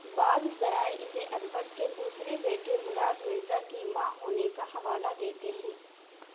بعض ذرائع اسے اکبر کے دوسرے بیٹے مراد مرزا کی ماں ہونے کا حوالہ دیتے ہیں